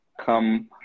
come